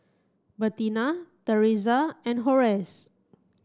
Bertina Theresa and Horace